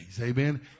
Amen